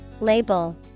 Label